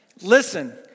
listen